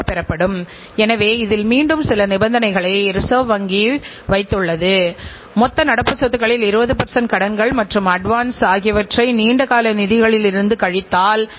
செலவு செயல்திறனை மேம்படுத்துதல் பின்னர் நீங்கள் சுழற்சியின் நேரத்தை குறைக்க முடிந்தால் நிச்சயமாக உங்கள் உற்பத்தித்திறன் மேம்படப் போகிறது